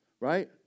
Right